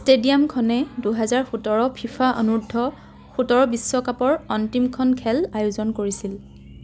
ষ্টেডিয়ামখনে দুহেজাৰ সোতৰ ফিফা অনুৰ্ধ সোতৰ বিশ্বকাপৰ অন্তিমখন খেল আয়োজন কৰিছিল